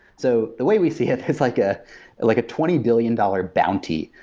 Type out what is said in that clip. so the way we see it, it's like ah like a twenty billion dollars bounty,